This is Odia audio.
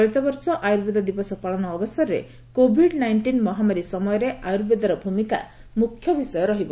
ଚଳିତ ବର୍ଷ ଆୟୁର୍ବେଦ ଦିବସ ପାଳନ ଅବସରରେ କୋଭିଡ୍ ନାଇଷ୍ଟିନ୍ ମହାମାରୀ ସମୟରେ ଆୟୁର୍ବେଦର ଭୂମିକା ମୁଖ୍ୟ ବିଷୟ ରହିବ